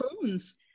phones